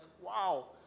wow